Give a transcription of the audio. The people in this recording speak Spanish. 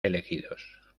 elegidos